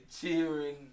cheering